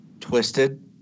Twisted